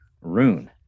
rune